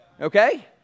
Okay